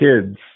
kids